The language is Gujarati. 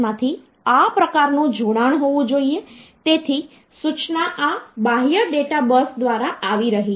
તેથી જો આપણે કોઈ પણ સંખ્યા માટે જઈએ તો જેમકે આધાર b સાથે કહો તો તેને d1 d2 જેવા અંકો મળ્યા છે